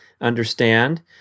understand